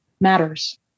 Matters